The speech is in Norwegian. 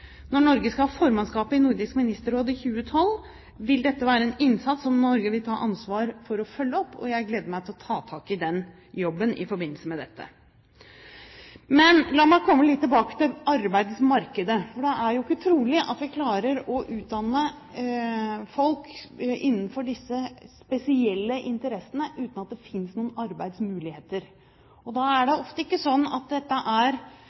Når Norge skal ha formannskapet i Nordisk Ministerråd i 2012, vil dette være en innsats som Norge vil ta ansvar for å følge opp. Jeg gleder meg til å ta tak i den jobben i forbindelse med dette. Men la meg komme litt tilbake til arbeidsmarkedet, for det er jo ikke trolig at vi klarer å utdanne folk innenfor disse spesielle interessene uten at det finnes noen arbeidsmuligheter. Det er ikke sånn at dette er